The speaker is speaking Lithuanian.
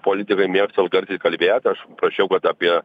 politikai mėgsta garsiai kalbėt aš prašiau kad apie